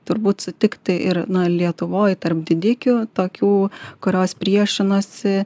turbūt sutikti ir lietuvoj tarp didikių tokių kurios priešinosi